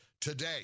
today